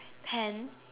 pen